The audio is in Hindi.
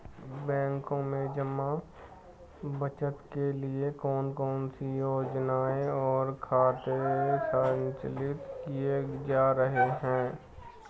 बैंकों में जमा बचत के लिए कौन कौन सी योजनाएं और खाते संचालित किए जा रहे हैं?